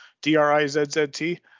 D-R-I-Z-Z-T